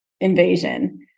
invasion